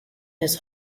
his